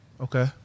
Okay